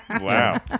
Wow